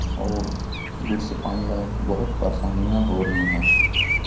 और दूर से पानी लाने की बहुत परशानियां हो रही हैं